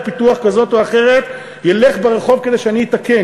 פיתוח כזאת או אחרת ילך ברחוב כדי שאני אתקן.